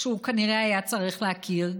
שהוא כנראה היה צריך להכיר,